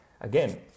Again